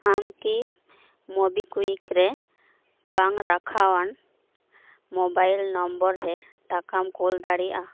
ᱟᱢ ᱠᱤ ᱢᱚᱵᱤᱠᱩᱭᱤᱠ ᱨᱮ ᱵᱟᱝ ᱨᱟᱠᱷᱟᱣᱟᱱ ᱢᱳᱵᱟᱭᱤᱞ ᱱᱟᱢᱵᱟᱨ ᱨᱮ ᱴᱟᱠᱟᱢ ᱠᱳᱞ ᱫᱟᱲᱮᱭᱟᱜᱼᱟ